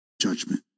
Judgment